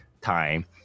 time